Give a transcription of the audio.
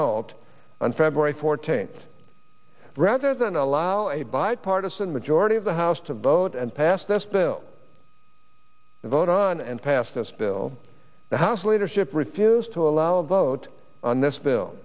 halt on february fourteenth rather than allow a bipartisan majority of the house to vote and pass this bill to vote on and pass this bill the house leadership refused to allow a vote on this bill